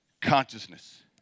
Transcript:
consciousness